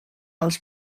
als